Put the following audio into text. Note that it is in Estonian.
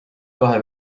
kahe